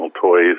toys